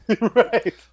Right